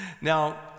Now